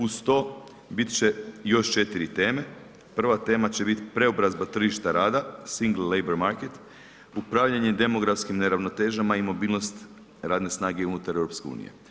Uz to bit će još 4 teme, prva tema će bit preobrazba tržišta rada, Singl Leiber Market, upravljanje demografskim neravnotežama i mobilnost radne snage unutar EU.